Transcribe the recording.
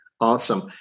Awesome